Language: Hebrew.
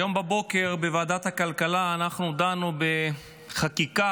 היום בבוקר בוועדת הכלכלה דנו בחקיקה